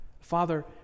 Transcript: father